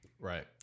Right